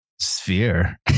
Sphere